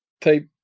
type